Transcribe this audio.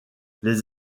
les